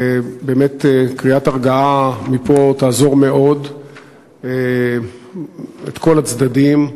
באמת, קריאת הרגעה מפה תעזור מאוד לכל הצדדים.